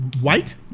white